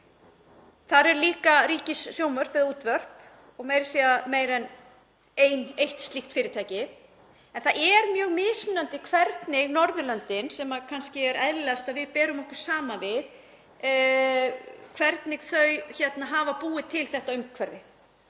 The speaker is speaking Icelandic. þar eru líka ríkissjónvörp eða útvörp og meira að segja fleiri en ein eitt slíkt fyrirtæki. En það er mjög mismunandi hvernig Norðurlöndin, sem kannski er eðlilegast að við berum okkur saman við, hafa búið til þetta umhverfi.